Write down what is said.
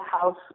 house